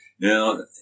Now